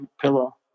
pillow